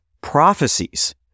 prophecies